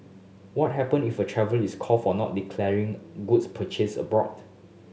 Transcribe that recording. what happen if a traveller is caught for not declaring goods purchased abroad